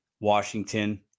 Washington